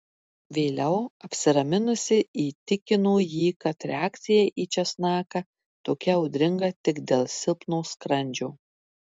vėliau apsiraminusi įtikino jį kad reakcija į česnaką tokia audringa tik dėl silpno skrandžio